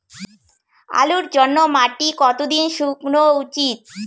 আলুর জন্যে মাটি কতো দিন শুকনো উচিৎ?